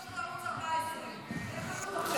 וגם --- לערוץ 14. זה חשוב עכשיו.